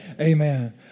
amen